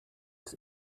des